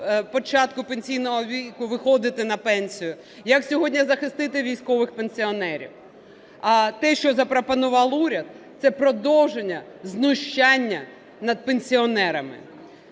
початку пенсійного віку виходити на пенсію, як сьогодні захистити військових пенсіонерів. А те, що запропонував уряд, це продовження знущання над пенсіонерами.